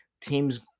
teams